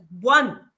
one